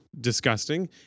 disgusting